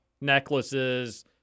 necklaces